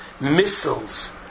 missiles